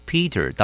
Peter